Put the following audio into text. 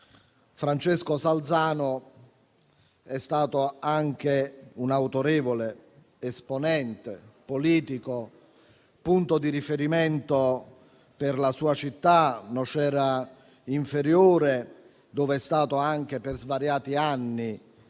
Francesco Salzano è stato anche un autorevole esponente politico, punto di riferimento per la sua città, Nocera Inferiore, dove è stato per svariati anni